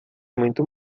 muito